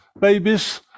babies